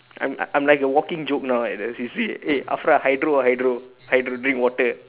I am I am like a walking joke now like in the C_C_A eh afra hydro ah hydro hydro drink water